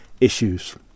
issues